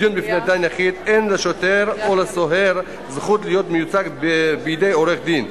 בדיון בפני דן יחיד אין לשוטר או לסוהר זכות להיות מיוצג בידי עורך-דין.